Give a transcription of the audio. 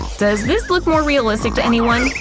does this look more realistic to anyone?